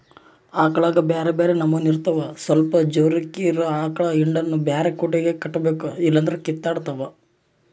ಆಕಳುಗ ಬ್ಯೆರೆ ಬ್ಯೆರೆ ನಮನೆ ಇರ್ತವ ಸ್ವಲ್ಪ ಜೋರಿರೊ ಆಕಳ ಹಿಂಡನ್ನು ಬ್ಯಾರೆ ಕೊಟ್ಟಿಗೆಗ ಕಟ್ಟಬೇಕು ಇಲ್ಲಂದ್ರ ಕಿತ್ತಾಡ್ತಾವ